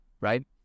right